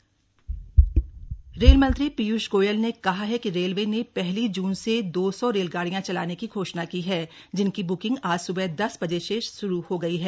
rail मंत्रालय रेलमंत्री पीयूष गोयल ने कहा है कि रेलवे ने पहली जून से दो सौ रेलगाड़ियां चलाने की घोषणा की है जिनकी ब्किंग आज स्बह दस बजे से श्रू हो गई है